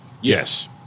Yes